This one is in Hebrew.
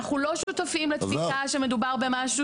אנחנו לא שותפים לתפיסה שמדובר במשהו